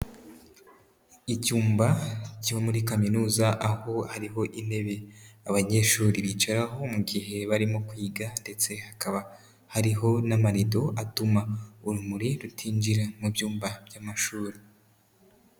Icyumba cyo muri kaminuza aho hariho intebe abanyeshuri bicaraho, mu gihe barimo kwiga ndetse hakaba hariho n'amarido atuma urumuri rutinjira mu byumba by'amashuri.